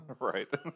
right